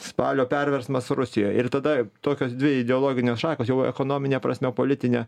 spalio perversmas rusijoje ir tada tokios dvi ideologinės šakos jau ekonomine prasme politine